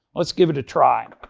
let's give it a try.